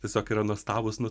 tiesiog yra nuostabūs nu